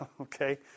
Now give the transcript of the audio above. okay